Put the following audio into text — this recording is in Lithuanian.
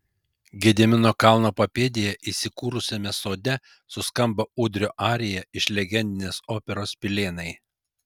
gedimino kalno papėdėje įsikūrusiame sode suskambo ūdrio arija iš legendinės operos pilėnai